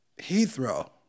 Heathrow